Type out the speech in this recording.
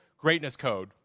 GreatnessCode